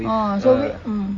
uh so with mm